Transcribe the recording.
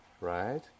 right